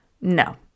No